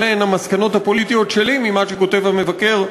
אלה הן המסקנות הפוליטיות שלי ממה שכותב המבקר,